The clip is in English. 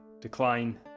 decline